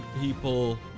people